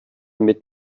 mit